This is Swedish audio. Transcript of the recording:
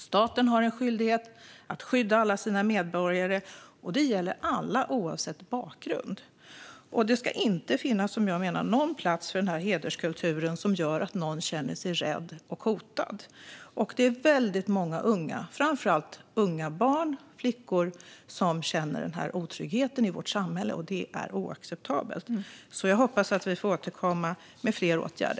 Staten har en skyldighet att skydda alla sina medborgare, och det gäller alla oavsett bakgrund. Det ska inte finnas, menar jag, någon plats för den här hederskulturen som gör att någon känner sig rädd och hotad. Det är väldigt många unga och barn, framför allt flickor, som känner den här otryggheten i vårt samhälle. Det är oacceptabelt. Jag hoppas att vi får se fler åtgärder.